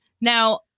Now